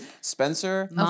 Spencer